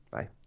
Bye